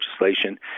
legislation